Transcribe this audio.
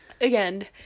again